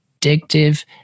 addictive